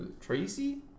Tracy